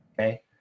Okay